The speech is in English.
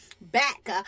back